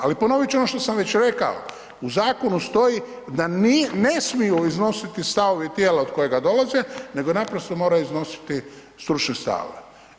Ali ponoviti ću ono što sam već rekao, u zakonu stoji da ne smiju iznositi stavove tijela od kojega dolaze nego naprosto moraju iznositi stručne stavove.